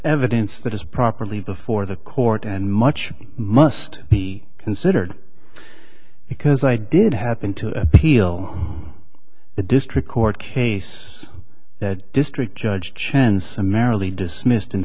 evidence that is properly before the court and much must be considered because i did happen to appeal the district court case that district judge chancellor merrily dismissed in